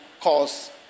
cause